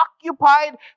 occupied